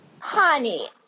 Honey